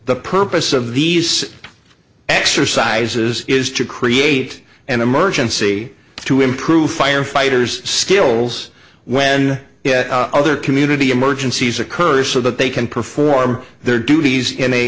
the purpose of these exercises is to create an emergency to improve firefighters skills when other community emergencies occur so that they can perform their duties in a